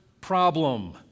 problem